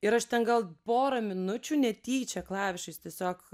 ir aš ten gal porą minučių netyčia klavišais tiesiog